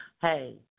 Hey